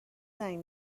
زنگ